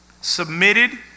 submitted